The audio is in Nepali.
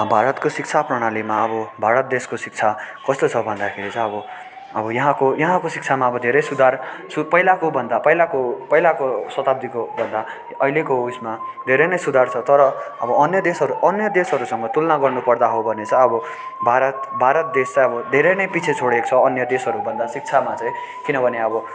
भारतको शिक्षा प्रणालीमा अब भारत देशको शिक्षा कस्तो छ भन्दाखेरि चाहिँ अब यहाँको शिक्षामा धेरै सुधार पहिलाकोभन्दा पहिलाको पहिलाको सताब्दीभन्दा अहिलेको उइसमा धेरै नै सुधार छ तर अब अन्य देशहरू अन्य देशहरूसँग तुलना गर्नु पर्दा हो भने चाहिँ अब भारत भारत देश चाहिँ अब धेरै नै पिच्छे छोडेको छ अन्य देशहरू भन्दा शिक्षामा चाहिँ किनभने अब